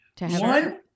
one